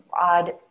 odd